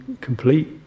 complete